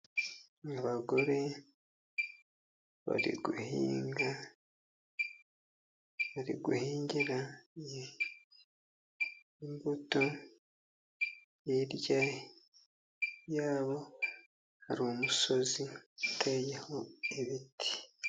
Abagore bari guhinga, bari guhingira imbuto hirya yabo, hari umusozi uteyeho ibiti.